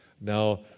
Now